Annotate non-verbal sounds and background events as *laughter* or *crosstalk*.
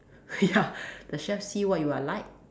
*laughs* ya the chef see what you are like